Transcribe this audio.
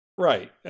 Right